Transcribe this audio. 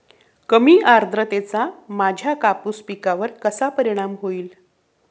कमी आर्द्रतेचा माझ्या कापूस पिकावर कसा परिणाम होईल?